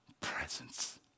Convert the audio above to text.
presence